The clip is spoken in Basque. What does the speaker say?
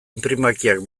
inprimakiak